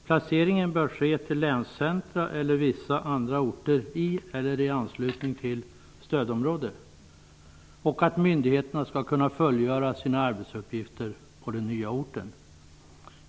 Placeringen bör ske till länscentra eller vissa andra orter i eller i anslutning till stödområde, och att myndigheterna skall kunna fullgöra sina arbetsuppgifter på den nya orten.